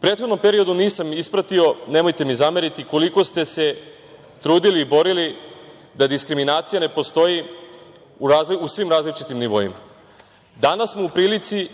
prethodnom periodu nisam ispratio, nemojte mi zameriti, koliko ste se trudili i borili da diskriminacija ne postoji u svim različitim nivoima. Danas smo u prilici